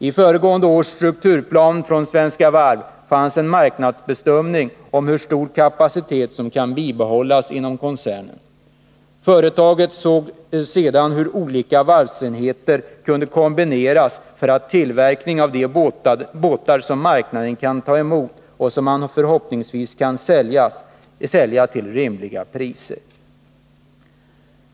I föregående års strukturplan från Svenska Varv fanns en marknadsbedömning om hur stor kapacitet som kan bibehållas inom koncernen. Företaget såg sedan hur olika varvsenheter kunde kombineras för tillverkning av de båtar som marknaden kan ta emot och som man förhoppningsvis kan sälja till rimliga priser.